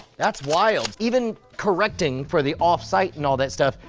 that's wild even correcting for the off-site and all that stuff,